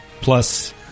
Plus